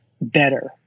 better